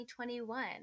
2021